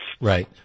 Right